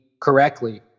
correctly